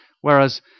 whereas